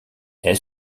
est